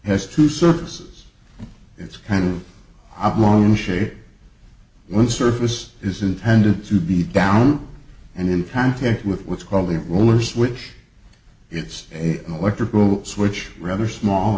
has two surfaces it's kind of oblong shape one surface is intended to be down and in contact with what's called the rulers which it's a electrical switch rather small